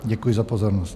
Děkuji za pozornost.